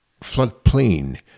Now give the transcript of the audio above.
floodplain